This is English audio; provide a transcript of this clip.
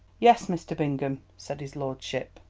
yes, mr. bingham! said his lordship.